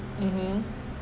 mmhmm